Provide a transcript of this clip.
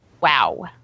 Wow